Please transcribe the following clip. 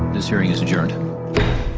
this hearing is adjourned.